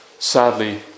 sadly